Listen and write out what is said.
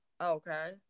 Okay